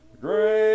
Great